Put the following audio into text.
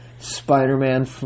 Spider-Man